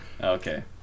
okay